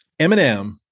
Eminem